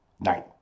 night